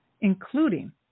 including